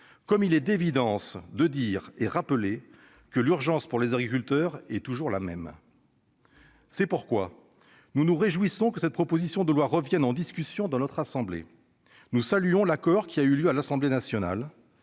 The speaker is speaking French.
Comme il est d'évidence de dire et rappeler que l'urgence pour les agriculteurs est toujours la même. C'est pourquoi nous nous réjouissons que cette proposition de loi revienne en discussion dans notre assemblée. Nous saluons l'accord qui a eu lieu à l'Assemblée nationale.